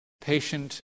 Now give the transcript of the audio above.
patient